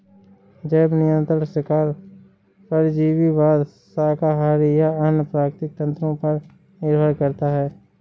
जैव नियंत्रण शिकार परजीवीवाद शाकाहारी या अन्य प्राकृतिक तंत्रों पर निर्भर करता है